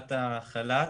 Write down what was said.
נקודת החל"ת.